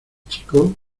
chico